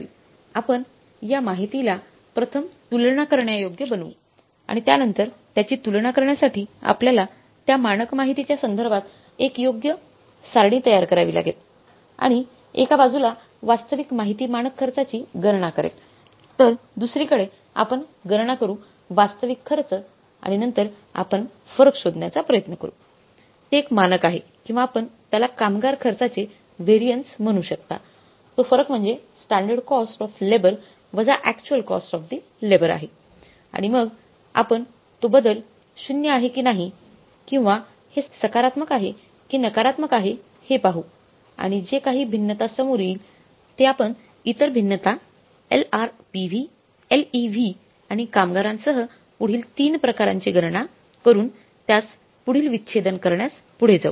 आपण या माहितीला प्रथम तुलना करण्यायोग्य बनवू आणि त्यानंतर त्याची तुलना करण्यासाठी आपल्याला त्या मानक माहितीच्या संदर्भात एक योग्य सारणी तयार करावी लागेल आणि एका बाजूला वास्तविक माहिती मानक खर्चाची गणना करेल तर दुसरीकडे आपण गणना करू वास्तविक खर्च आणि नंतर आपण फरक शोधण्याचा प्रयत्न करू ते एक मानक आहे किंवा आपण त्याला कामगार खर्चाचे व्हॅरियन्स म्हणू शकता तो फरक म्हणजे स्टँडर्ड कॉस्ट ऑफ लेबर वजा actual cost of the labour आहे आणि मग आपण तो बदल ० आहे की नाही किंवा हे सकारात्मक आहे की नकारात्मक आहे हे पाहू आणि जे काही भिन्नता समोर येईल ते आपण इतर भिन्नता LRPV LEV आणि कामगारांसह पुढील तीन प्रकारांची गणना करून त्यास पुढील विच्छेदन करण्यास पुढे जाऊ